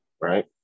right